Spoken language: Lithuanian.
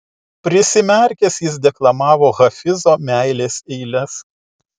prisimerkęs jis deklamavo hafizo meilės eiles